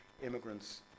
immigrants